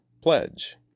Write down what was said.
pledge